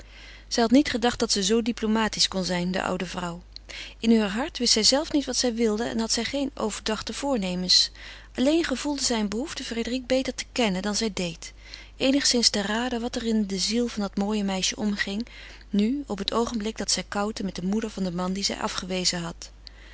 zij had niet gedacht dat ze zoo diplomatisch kon zijn de oude vrouw in heur hart wist zijzelve niet wat zij wilde en had zij geene overdachte voornemens alleen gevoelde zij een behoefte frédérique beter te kennen dan zij deed eenigszins te raden wat er in de ziel van dat mooie meisje omging nu op het oogenblik dat zij koutte met de moeder van den man dien zij afgewezen had